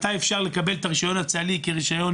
מתי אפשר לקבל את הרישיון הצה"לי כרישיון